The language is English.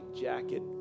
jacket